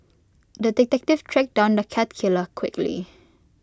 the detective tracked down the cat killer quickly